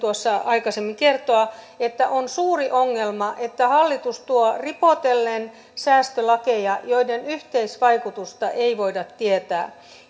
aikaisemmin kertoa että on suuri ongelma että hallitus tuo ripotellen säästölakeja joiden yhteisvaikutusta ei voida tietää